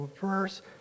verse